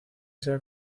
sea